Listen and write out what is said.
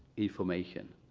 information.